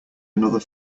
another